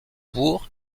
bourg